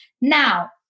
Now